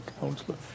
counselor